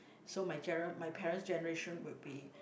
so my gera~ my parent's generation would be